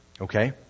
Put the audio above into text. Okay